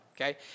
okay